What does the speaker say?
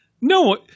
no